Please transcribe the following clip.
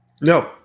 no